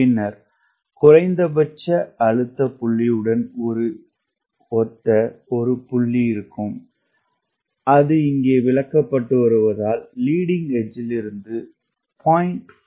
பின்னர் குறைந்தபட்ச அழுத்த புள்ளியுடன் ஒத்த ஒரு புள்ளி இருக்கும் அது இங்கே விளக்கப்பட்டு வருவதால் லீடிங் எட்ஜ்லிருந்து 0